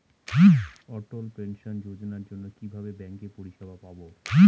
অটল pension যোজনার জন্য কিভাবে ব্যাঙ্কে পরিষেবা পাবো?